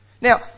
Now